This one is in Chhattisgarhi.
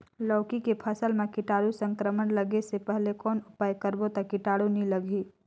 लौकी के फसल मां कीटाणु संक्रमण लगे से पहले कौन उपाय करबो ता कीटाणु नी लगही?